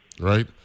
right